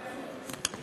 שראיתם